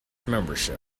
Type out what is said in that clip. membership